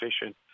efficient